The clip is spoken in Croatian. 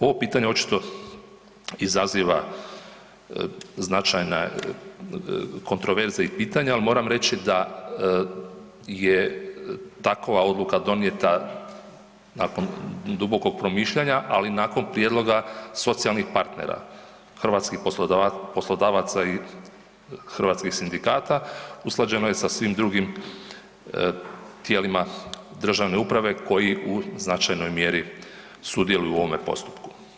Ovo pitanje očito izaziva značajne kontroverze i pitanja, ali moram reći da je takva odluka donijeta nakon dubokog promišljanja, ali nakon prijedloga socijalnih partnera, hrvatskih poslodavaca i hrvatskih sindikata usklađeno je sa svim drugim tijelima državne uprave koji u značajnoj mjeri sudjeluju u ovome postupku.